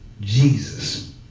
Jesus